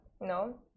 no